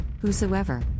whosoever